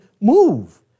move